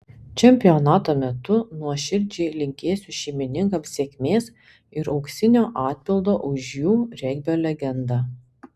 čempionato metu nuoširdžiai linkėsiu šeimininkams sėkmės ir auksinio atpildo už jų regbio legendą